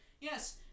yes